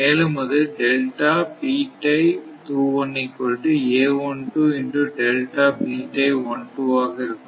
மேலும் அது ஆக இருக்கும்